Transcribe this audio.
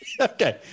okay